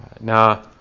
Now